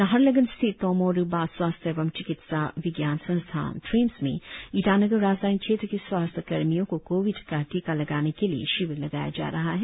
नाहरलगुन स्थित तोमो रिबा स्वास्थ्य एवं चिकित्सा विज्ञान संस्थान ट्रिम्स में ईटानगर राजधानी क्षेत्र के स्वास्थ्य कर्मियों को कोविड का टीका लगाने के लिए शिविर लगाया जा रहा है